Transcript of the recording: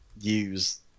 use